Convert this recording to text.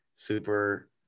Super